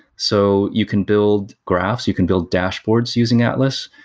so you can build graphs, you can build dashboards using atlas.